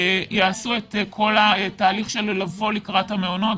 יעשו את כל התהליך של לבוא לקראת המעונות,